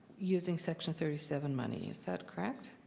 using section thirty seven money. is that correct?